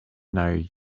know